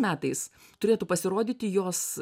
metais turėtų pasirodyti jos